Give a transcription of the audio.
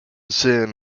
sen